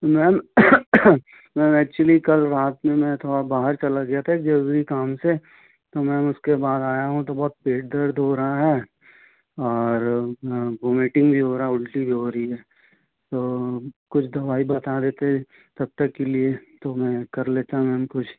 ma'am ma'am actually कल रात में मैं थोड़ा बाहर चला गया था एक ज़रूरी काम से तो मैम उसके बाद आया हूँ तो बहुत पेट दर्द हो रहा है और वूमीटिंग भी हो रही उल्टी भी हो रही है तो कुछ दवाई बता देते तब तक के लिए तो मैं कर लेता मैम कुछ